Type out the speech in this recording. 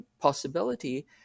possibility